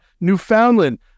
Newfoundland